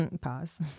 Pause